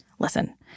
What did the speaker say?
Listen